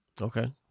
Okay